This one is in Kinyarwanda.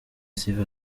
sifa